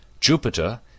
Jupiter